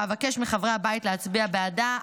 ואבקש מחברי הבית להצביע בעדה.